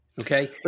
Okay